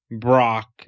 brock